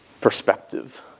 perspective